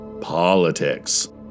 politics